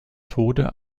tode